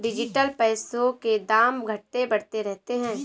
digital पैसों के दाम घटते बढ़ते रहते हैं